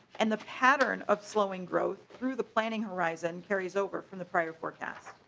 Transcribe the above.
and the pattern of slowing growth through the planning horizon carries over from the prior forecast.